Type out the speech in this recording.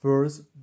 first